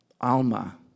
Alma